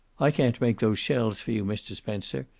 i can't make those shells for you, mr. spencer,